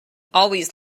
always